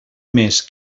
més